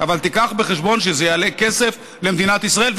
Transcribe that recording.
אבל תביא בחשבון שזה יעלה כסף למדינת ישראל,